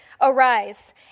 Arise